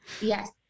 yes